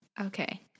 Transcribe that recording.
Okay